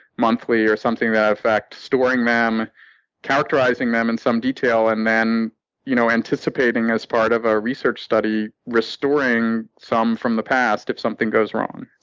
monthly, or something to that effect storing them characterizing them in some detail and then you know anticipating, as part of a research study, restoring some from the past if something goes wrong.